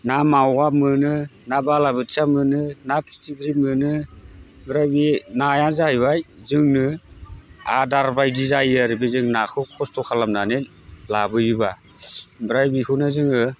ना मावा मोनो ना बाला बोथिया मोनो ना फिथिख्रि मोनो ओमफ्राय बे नाया जाहैबाय जोंनो आदार बायदि जायो आरो बे जों नाखौ खस्थ' खालामनानै लाबोयोब्ला ओमफ्राय बेखौनो जोङो